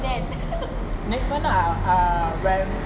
next month uh when